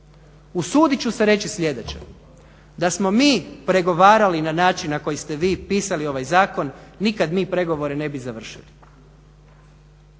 Usudit ću se reći sljedeće, da smo mi pregovarali na način na koji ste vi pisali ovaj zakon nikad mi pregovore ne bi završili.